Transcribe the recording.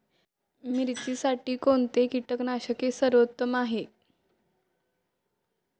मिरचीसाठी कोणते कीटकनाशके सर्वोत्तम आहे?